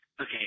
okay